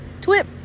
twip